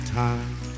time